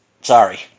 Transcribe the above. Sorry